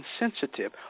insensitive